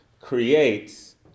creates